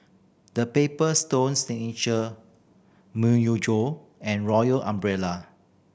The Paper Stone Myojo and Royal Umbrella